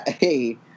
hey